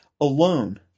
alone